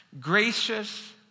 gracious